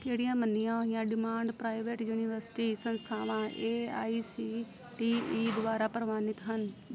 ਕਿਹੜੀਆਂ ਮੰਨੀਆਂ ਹੋਈਆਂ ਡਿਮਾਂਡ ਪ੍ਰਾਈਵੇਟ ਯੂਨੀਵਰਸਿਟੀ ਸੰਸਥਾਵਾਂ A I C T E ਦੁਆਰਾ ਪ੍ਰਵਾਨਿਤ ਹਨ